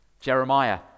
Jeremiah